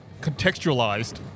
contextualized